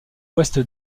ouest